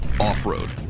Off-road